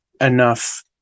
enough